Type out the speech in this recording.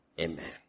Amen